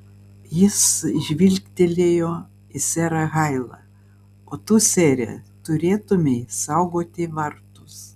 jis žvilgtelėjo į serą hailą o tu sere turėtumei saugoti vartus